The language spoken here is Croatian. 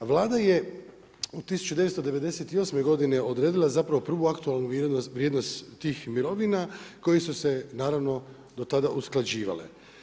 Vlada je od 1998. godine odredila zapravo prvu aktualnu vrijednost tih mirovina koje su se naravno do tada usklađivale.